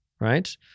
right